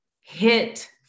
hit